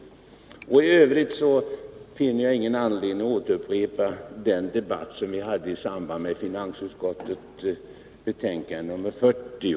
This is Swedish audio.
F. ö. finner jag inte att det finns någon anledning att upprepa den debatt vi hade i samband med behandlingen av finansutskottets betänkande 40.